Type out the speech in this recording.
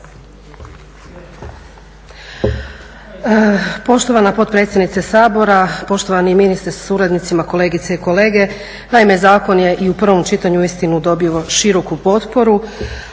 Poštovana potpredsjednice Sabora, poštovani ministre sa suradnicima, kolegice i kolege. Naime, zakon je i u prvom čitanju uistinu dobio široku potporu,